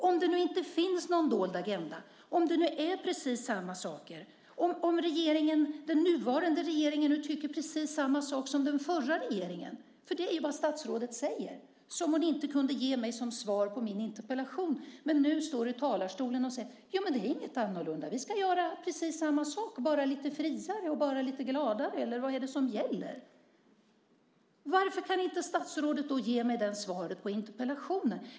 Om det inte finns någon dold agenda, om det handlar om precis samma saker, och om den nuvarande regeringen tycker precis samma sak som den förra regeringen, vilket statsrådet säger - hon säger att det inte är något annorlunda utan att man ska göra precis samma sak bara lite friare och lite gladare - varför kan statsrådet då inte ge mig det svaret på interpellationen?